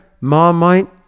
Marmite